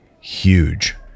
huge